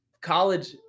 college